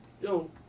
yo